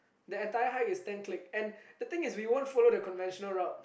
that entire hike is ten klick and the thing is we won't follow the conventional road